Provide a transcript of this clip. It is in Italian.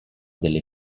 delle